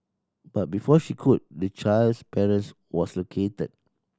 but before she could the child's parents was located